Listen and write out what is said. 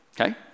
Okay